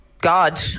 god